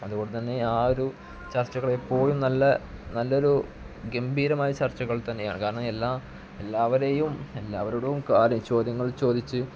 അതുകൊണ്ടുതന്നെ ആ ഒരു ചർച്ചകളെപ്പോഴും നല്ലൊരു ഗംഭീരമായ ചർച്ചകൾ തന്നെയാണ് കാരണം എല്ലാവരെയും എല്ലാവരോടും ചോദ്യങ്ങൾ ചോദിച്ച്